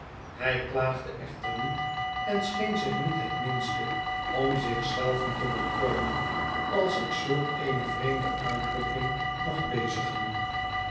hij klaagde echter niet en scheen zich niet het minste om zich zelven te bekreunen als ik zulk eene vreemde uitdrukking mag bezigen